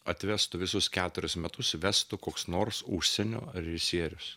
atvestų visus keturis metus vestų koks nors užsienio režisierius